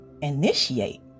initiate